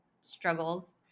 struggles